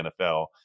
NFL